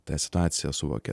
tą situaciją suvokia